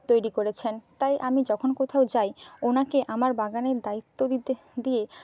তৈরি করেছেন তাই আমি যখন কোথাও যাই ওনাকে আমার বাগানের দায়িত্ব দিতে দিয়ে